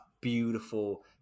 beautiful